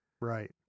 right